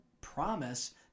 promise